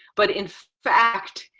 but in fact,